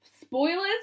spoilers